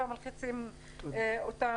ומלחיצים אותם.